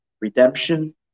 redemption